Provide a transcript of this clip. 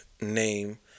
name